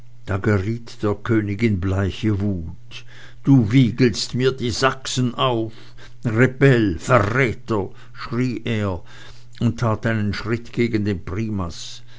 der könig in bleiche wut du wiegelst mir die sachsen auf rebell verräter schrie er und tat einen schritt gegen den primas